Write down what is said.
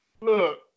look